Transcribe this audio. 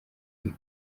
iyi